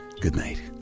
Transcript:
goodnight